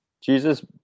jesus